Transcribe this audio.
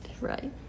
Right